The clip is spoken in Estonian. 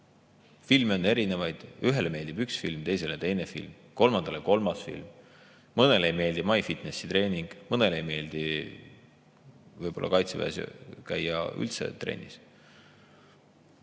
Filme on erinevaid, ühele meeldib üks film, teisele teine film, kolmandale kolmas film. Mõnele ei meeldi MyFitnessi treening, mõnele ei meeldi võib-olla ka Kaitseväes üldse trennis